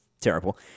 terrible